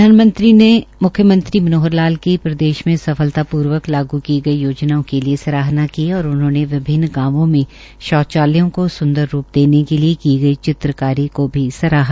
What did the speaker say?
प्रधानमंत्री ने मुख्यमंत्री मनोहर लाल की प्रदेश में सफलतापूर्वक लागू की गई योजनाओं के लिये सराहना की और उन्होंने विभन्न गांवों में शौचालयों को संदर रूप देने के लिये की गई चित्रकारी को भी सराहा